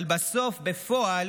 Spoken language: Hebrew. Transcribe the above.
אבל בסוף בפועל